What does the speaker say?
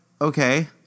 okay